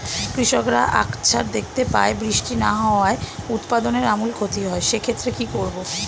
কৃষকরা আকছার দেখতে পায় বৃষ্টি না হওয়ায় উৎপাদনের আমূল ক্ষতি হয়, সে ক্ষেত্রে কি করব?